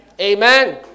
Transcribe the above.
Amen